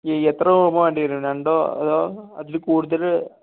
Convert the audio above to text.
ഈ എത്ര റൂമാണ് വേണ്ടി വരുന്നത് രണ്ടോ അതോ അതിൽ കൂടുതൽ